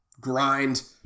grind